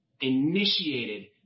initiated